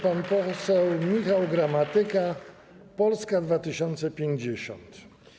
Pan poseł Michał Gramatyka, Polska 2050.